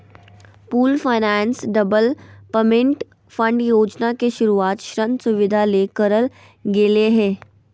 pooled finance development fund योजना के शुरूवात ऋण सुविधा ले करल गेलय हें